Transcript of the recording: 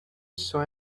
saw